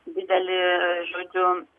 didelį žodžiu